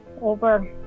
over